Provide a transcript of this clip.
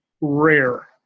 rare